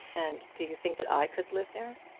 and do you think that i could live there?